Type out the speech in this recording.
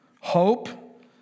hope